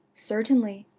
certainly,